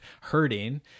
hurting